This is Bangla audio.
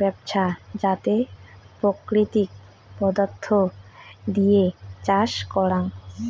ব্যবছস্থা যাতে প্রাকৃতিক পদার্থ দিয়া চাষ করাং